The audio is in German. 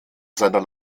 seiner